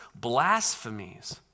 blasphemies